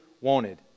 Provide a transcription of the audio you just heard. wanted